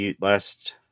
last